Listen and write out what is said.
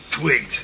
twigs